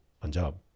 Punjab